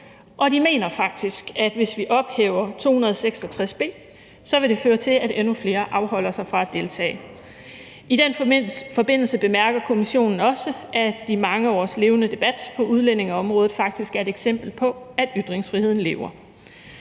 de mener faktisk, at hvis vi ophæver § 266 b, vil det føre til, at endnu flere afholder sig fra at deltage. I den forbindelse bemærker kommissionen også, at de mange års levende debat på udlændingeområdet faktisk er et eksempel på, at ytringsfriheden lever.